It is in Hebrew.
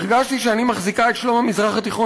הרגשתי שאני מחזיקה את שלום המזרח התיכון